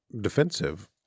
defensive